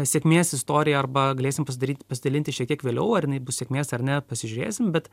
sėkmės istorija arba galėsim pasidaryt pasidalinti šiek tiek vėliau ar jinai bus sėkmės ar ne pasižiūrėsim bet